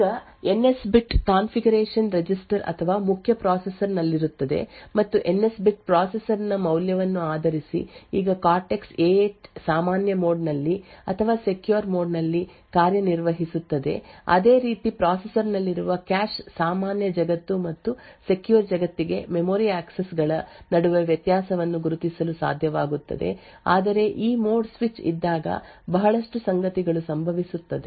ಈಗ N S bit configuration register ಅಥವಾ ಮುಖ್ಯ ಪ್ರೊಸೆಸರ್ ನಲ್ಲಿರುತ್ತದೆ ಮತ್ತು ಎನ್ ಯಸ್ ಬಿಟ್ ಪ್ರೊಸೆಸರ್ ನ ಮೌಲ್ಯವನ್ನು ಆಧರಿಸಿ ಇಲ್ಲಿ ಕಾರ್ಟೆಕ್ಸ್ A8 ಸಾಮಾನ್ಯ ಮೋಡ್ ನಲ್ಲಿ ಅಥವಾ ಸೆಕ್ಯೂರ್ ಮೋಡ್ ನಲ್ಲಿ ಕಾರ್ಯನಿರ್ವಹಿಸುತ್ತದೆ ಅದೇ ರೀತಿ ಪ್ರೊಸೆಸರ್ ನಲ್ಲಿರುವ ಕ್ಯಾಶ್ ಸಾಮಾನ್ಯ ಜಗತ್ತು ಮತ್ತು ಸೆಕ್ಯೂರ್ ಜಗತ್ತಿಗೆ ಮೆಮೊರಿ ಆಕ್ಸೆಸ್ ಗಳ ನಡುವೆ ವ್ಯತ್ಯಾಸವನ್ನು ಗುರುತಿಸಲು ಸಾಧ್ಯವಾಗುತ್ತದೆ ಆದರೆ ಈ ಮೋಡ್ ಸ್ವಿಚ್ ಇದ್ದಾಗ ಬಹಳಷ್ಟು ಸಂಗತಿಗಳು ಸಂಭವಿಸುತ್ತವೆ